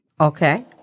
Okay